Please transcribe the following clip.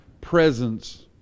presence